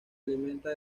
alimenta